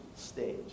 Stage